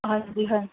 ਹਾਂਜੀ ਹਾਂਜੀ